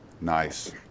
Nice